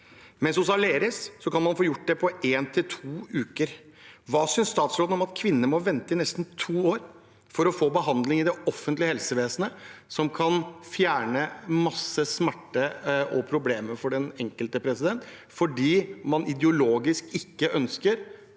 mens hos Aleris kan man få gjort det på 1– 2 uker. Hva synes statsråden om at kvinner må vente i nesten to år for å få behandling i det offentlige helsevesenet, behandling som kan fjerne masse smerter og problemer for den enkelte, fordi man av ideologiske grunner